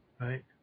Right